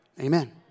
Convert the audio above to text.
Amen